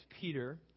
Peter